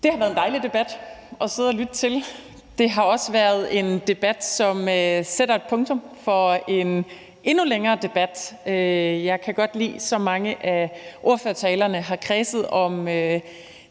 Det har været en dejlig debat at sidde og lytte til. Det har også været en debat, som sætter et punktum for en endnu længere debat. Jeg kan godt lide, at så mange af ordførertalerne har kredset om